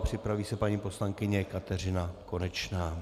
Připraví se paní poslankyně Kateřina Konečná.